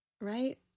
right